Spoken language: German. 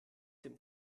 dem